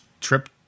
trip